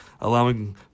allowing